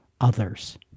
others